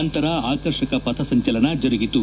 ನಂತರ ಆಕರ್ಷಕ ಪಂಥಸಂಚಲನ ಜರುಗಿತು